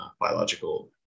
biological